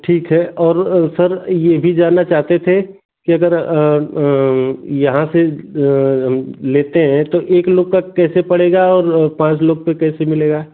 ठीक है और सर यह भी जानना चाहते थे कि अगर यहाँ से हम लेते हैं तो एक लोग का कैसे पड़ेगा और पाँच लोग पर कैसे मिलेगा